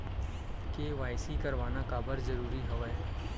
KYC करवाना काबर जरूरी हवय?